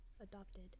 adopted